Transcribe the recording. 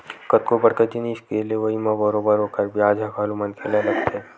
कतको बड़का जिनिस के लेवई म बरोबर ओखर बियाज ह घलो मनखे ल लगथे